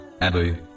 Abu